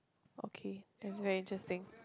okay that's very interesting